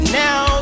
now